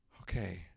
Okay